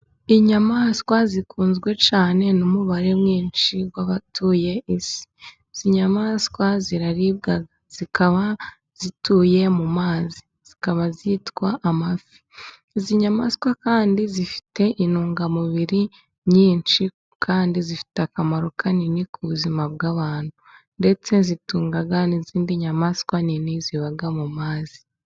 Inyamaswa zikunzwe cyane n'umubare mwinshi w'abatuye isi. Izo nyamaswa ziraribwa, zikaba zituye mu mazi, zikaba zitwa amafi. Izi nyamaswa kandi zifite intungamubiri nyinshi kandi zifite akamaro kanini ku buzima bw'abantu, ndetse zitunga n'izindi nyamaswa nini ziba mu mazi.